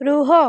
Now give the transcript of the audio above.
ରୁହ